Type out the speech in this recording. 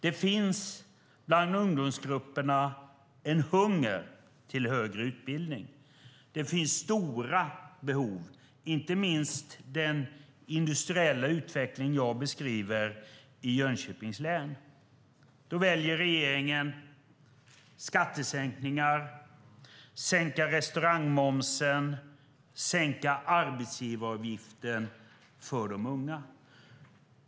Det finns bland ungdomsgrupperna en hunger för högre utbildning. Det finns stora behov, inte minst när det gäller den industriella utveckling jag beskriver i Jönköpings län. Då väljer regeringen att sänka skatter, sänka restaurangmomsen och att sänka arbetsgivaravgiften för de unga.